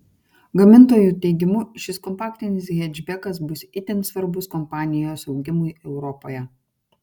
gamintojų teigimu šis kompaktinis hečbekas bus itin svarbus kompanijos augimui europoje